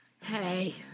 Hey